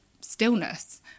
stillness